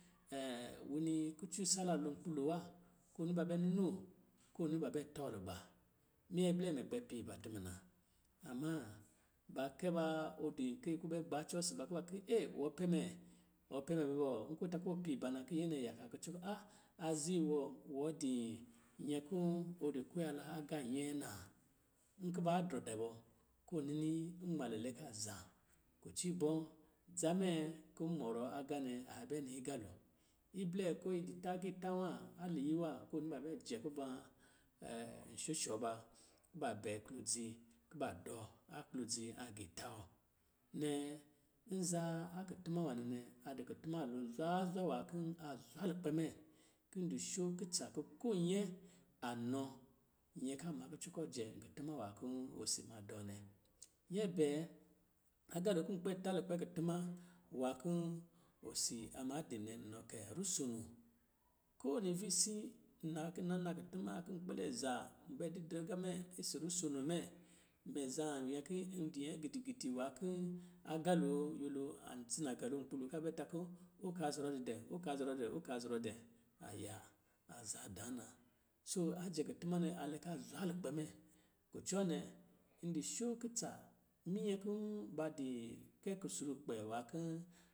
winii kucɔ isala lo nkpi lo wa, ko ni ba bɛ ninoo, ko ni ba bɛ tɔlugba. Minyɛ blɛ mɛ kpɛ piiba tumuna, amma, ba kɛ ba, ɔ di kɛyi kɔ bɛ gbacɔ isi ba kuba ki ɛɛ, wɔ pɛ mɛ! Wɔ pɛ mɛ mɛ bɔ, nkɔ̄ ta ki ɔ piiba na, ki nyɛ yaka kucɔ a- azii wɔ wɔ dii nyɛ kɔ̄ ɔ di kuyala agā nyɛɛ na. Nkɔ̄ ba drɔ dɛ bɔ, ko nini nmalɛ lɛ ka zan, kucɔ ibɔ̄, dza mɛ kɔ̄ mɔrɔɔ agā nɛ, a bɛ nii agalo. Iblɛ ko yi di tā agiitā wa, aa liyi wa, ko ni ba bɛjɛ kuva ishɔshɔɔ ba, kuba bɛ klɔdzi, kuba dɔɔ aklɔdzi agiita wɔ. Nnɛ, nza a kutuma nwanɛ nɛ, a di kutuma lo zwazwa nwā kɔ̄ a zwa lukpɛ mɛ kɔ̄ di shokulsa kɔ̄ ko nyɛ anɔ nyɛ ka ma kucɔ kɔ̄ jɛ kutuma nwā kɔ̄ osi ma dɔɔ nɛ. Nyɛ bɛɛ, agalo kɔ̄ nkpɛ la lukpɛ kutuma nwā kɔ̄ osi a ma din nɛ inɔ kɛ, rusono. Ko wini visii, nna ki nna na kutuma kɔ̄ kpɛlɛ zaa nbɛ didrɛ ga mɛ ɔsɔ̄ rusono mɛ, mɛ zan nyɛ ki n di nyɛ gidigidi nwā kɔ̄ agaloo, nyɛlo an dzi nagalo nkpi lo ka bɛ ta kɔ̄ ɔ ka zɔrɔ di dɛ ɔ ka zɔrɔ dɛ, ɔ ka zɔrɔ dɛ, a ya, aza daa na. Soo, ajɛ kutuma nɛ alɛ ka zwa lukpɛ me. Kucɔ nɛ, n di shokutsa, minyɛ kɔ̄ ba di kɛ kusrukpɛ nwā kɔ̄